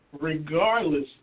regardless